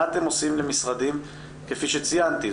מה אתם עושים למשרדים כפי שציינתי,